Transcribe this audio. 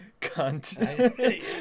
cunt